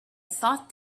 thought